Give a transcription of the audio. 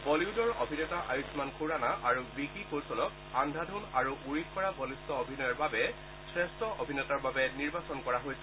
বলিউদৰ অভিনেতা আয়ুমান খুৰানা আৰু বিকি কৌশলক আন্ধাধুন আৰু উৰীত কৰা বলিষ্ঠ অভিনয়ৰ বাবে শ্ৰেষ্ঠ অভিনেতাৰ বাবে নিৰ্বাচন কৰা হৈছে